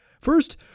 First